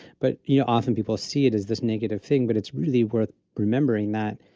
but you know, often people see it as this negative thing, but it's really worth remembering that